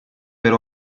per